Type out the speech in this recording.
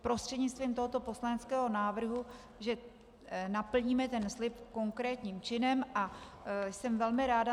Prostřednictvím tohoto poslaneckého návrhu naplníme ten slib konkrétním činem, a jsem velmi ráda.